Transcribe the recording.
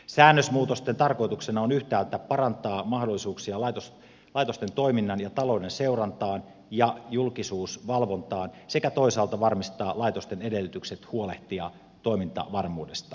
säännösmuutosten tarkoituksena on yhtäältä parantaa mahdollisuuksia laitosten toiminnan ja talouden seurantaan ja julkisuusvalvontaan sekä toisaalta varmistaa laitosten edellytykset huolehtia toimintavarmuudestaan